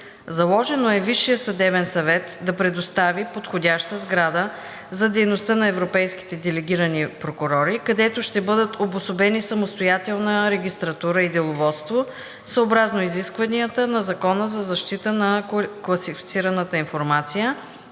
Заложено е Висшият съдебен съвет да предостави подходяща сграда за дейността на европейските делегирани прокурори, където ще бъдат обособени самостоятелни регистратура и деловодство съобразно изискванията на Закона за защита на класифицираната информация